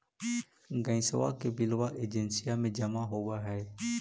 गैसवा के बिलवा एजेंसिया मे जमा होव है?